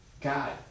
God